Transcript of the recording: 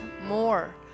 more